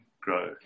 grow